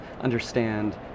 understand